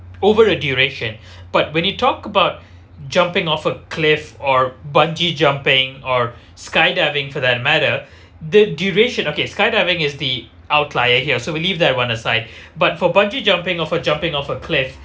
over a duration but when he talked about jumping off a cliff or bungee jumping or skydiving for that matter the duration okay skydiving is the outlier here so we leave that one aside but for bungee jumping off uh jumping off a cliff